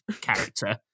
character